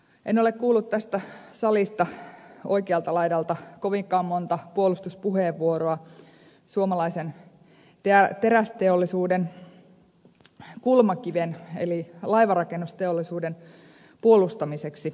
en ole kuullut tästä salista oikealta laidalta kovinkaan monta puolustuspuheenvuoroa suomalaisen terästeollisuuden kulmakiven eli laivanrakennusteollisuuden puolustamiseksi